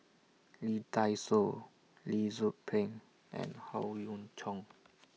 Lee Dai Soh Lee Tzu Pheng and Howe Yoon Chong